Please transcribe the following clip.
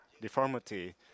deformity